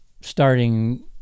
starting